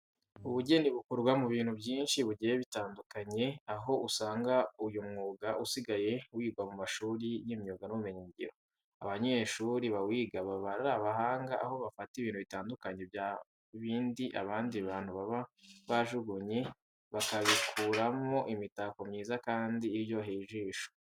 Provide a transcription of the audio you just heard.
Ubugeni bukorwa mu bintu byinshi bigiye bitandukanye, aho usanga uyu mwuga usigaye wigwa mu mashuri y'imyuga n'ubumenyingiro. Abanyeshuri bawiga baba ari abahanga aho bafata ibintu bitandukanye bya bindi abandi bantu baba bajugunye bakabikuramo imitako myiza kandi iryoheye ijisho.